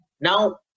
Now